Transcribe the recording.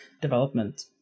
development